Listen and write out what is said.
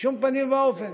בשום פנים ואופן.